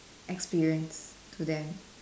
experience to them